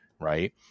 right